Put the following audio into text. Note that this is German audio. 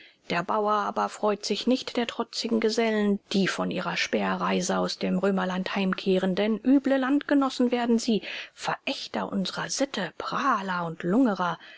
der bauer aber freut sich nicht der trotzigen gesellen die von ihrer speerreise aus dem römerland heimkehren denn üble landgenossen werden sie verächter unserer sitte prahler und lungerer